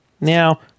Now